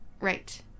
right